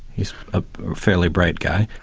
he's a fairly bright guy.